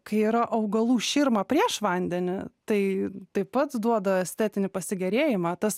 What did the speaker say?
kai yra augalų širma prieš vandenį tai taip pat duoda estetinį pasigėrėjimą tas